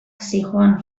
zihoan